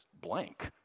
blank